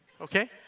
okay